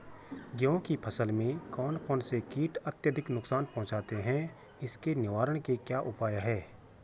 गेहूँ की फसल में कौन कौन से कीट अत्यधिक नुकसान पहुंचाते हैं उसके निवारण के क्या उपाय हैं?